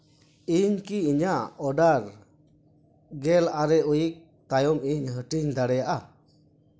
ᱤᱧ ᱠᱤ ᱤᱧᱟᱹᱜ ᱚᱰᱟᱨ ᱜᱮᱞ ᱟᱨᱮ ᱩᱭᱤᱠ ᱛᱟᱭᱚᱢ ᱤᱧ ᱦᱟᱹᱴᱤᱧ ᱫᱟᱲᱮᱭᱜᱼᱟ